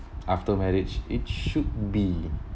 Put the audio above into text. after marriage it should be